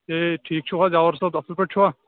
A ٹھیٖک چھُو حظ یاوَر صٲب اَصٕل پٲٹھۍ چھُوا